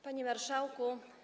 Panie Marszałku!